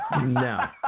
No